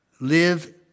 live